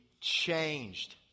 changed